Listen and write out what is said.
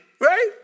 Right